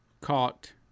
caught